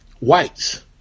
whites